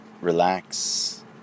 relax